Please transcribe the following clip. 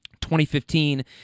2015